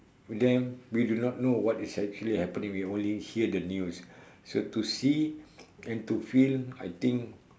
them we do not know what is actually happening we only hear the news so to see and to feel I think